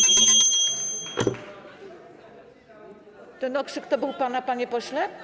Ten okrzyk to był pana, panie pośle?